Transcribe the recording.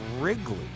Wrigley